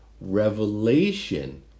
Revelation